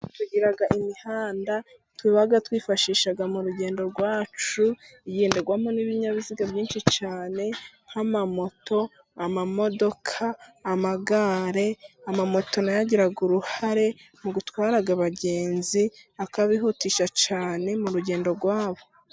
Tugira imihanda tuba twifashisha mu rugendo rwacu, igenderwamo n'ibinyabiziga byinshi cyane :nk'amamoto ,amamodoka ,amagare, amamoto ,na yo agira uruhare mu gutwara abagenzi ,akabihutisha cyane mu rugendo rwabo.